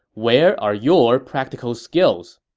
where are your practical skills?